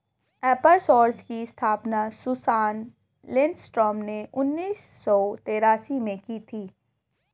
एपर सोर्स की स्थापना सुसान लिंडस्ट्रॉम ने उन्नीस सौ तेरासी में की थी